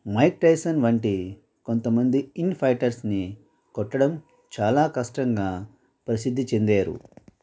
mic Tyson వంటి కొంతమంది ఇన్ ఫైటర్స్ని కొట్టడం చాలా కష్టంగా ప్రసిద్ధి చెందారు